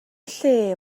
lle